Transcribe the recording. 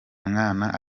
mwana